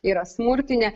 yra smurtinė